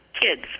kids